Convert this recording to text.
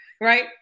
right